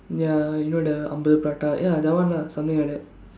ya you know the ஐம்பது:aimpathu prata ya that one lah something like that